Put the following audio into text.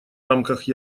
рамках